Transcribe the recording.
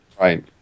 right